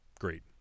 great